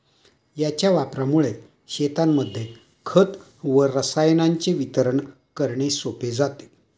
याच्या वापरामुळे शेतांमध्ये खत व रसायनांचे वितरण करणे सोपे जाते